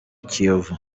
kiyovu